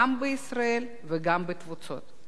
גם בישראל וגם בתפוצות.